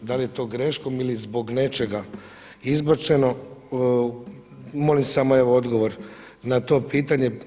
Da li je to greškom ili zbog nečega izbačeno, molim samo evo odgovor na to pitanje?